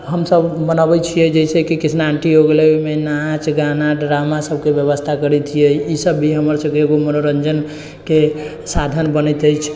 हमसब मनाबै छिए जइसेकि कृष्णाष्टमी भऽ गेल ओहिमे नाच गाना ड्रामा ई सबके बेबस्था करै छिए ईसब भी हमर सबके एगो मनोरञ्जनके साधन बनैत अछि